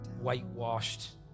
whitewashed